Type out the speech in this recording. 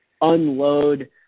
unload